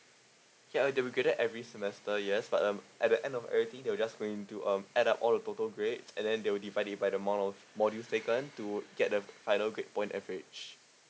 ya uh they will gather every semester years but um at the end of everything they will just going to um add up all the total grades and then they will divide it by the amount of module taken to get the final grade point average